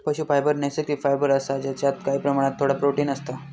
पशू फायबर नैसर्गिक फायबर असता जेच्यात काही प्रमाणात थोडा प्रोटिन असता